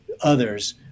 others